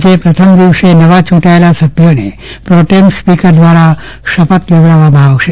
જે પ્રથમ દિવશે નવા યુટાયેલા સભ્યોને પ્રોટેમ સ્પીકર દ્રારા શપથ લેવડાવવામાં આ આવશે